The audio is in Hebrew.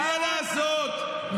מה לעשות,